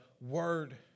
word